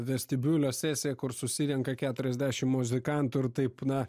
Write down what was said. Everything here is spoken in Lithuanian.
vestibiulio sesija kur susirenka keturiasdešimt muzikantų ir taip na